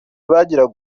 bagiraga